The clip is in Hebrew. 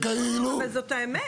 לא, אבל זאת האמת.